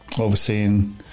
overseeing